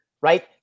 right